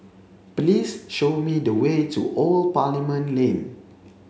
please show me the way to Old Parliament Lane